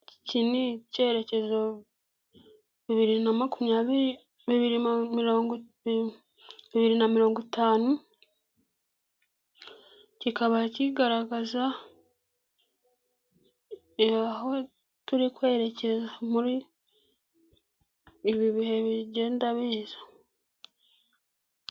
Iki ni icyerekezo bibiri na makumyabiri - ibiri na mirongo itanu kikaba kigaragaza aho turi kwerekeza muri ibi bihe bigenda biza.